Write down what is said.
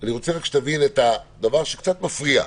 אני רוצה שתבין את הדבר שקצת מפריע.